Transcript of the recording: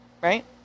Right